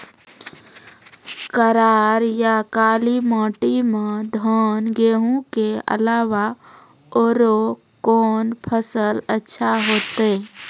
करार या काली माटी म धान, गेहूँ के अलावा औरो कोन फसल अचछा होतै?